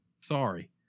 Sorry